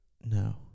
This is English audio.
No